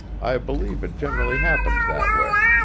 i believe it generally happens that way.